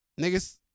niggas